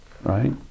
Right